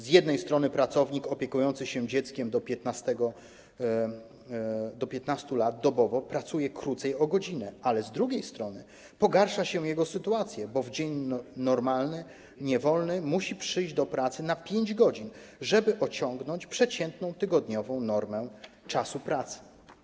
Z jednej strony pracownik opiekujący się dzieckiem do 15 lat dobowo pracuje krócej o godzinę, ale z drugiej strony pogarsza się jego sytuację, bo w dzień normalnie wolny musi przyjść do pracy na 5 godzin, żeby osiągnąć przeciętną tygodniową normę czasu pracy.